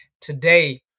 today